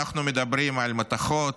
אנחנו מדברים על מתכות,